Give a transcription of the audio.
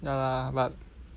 ya lah but